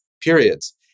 periods